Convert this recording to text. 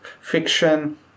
fiction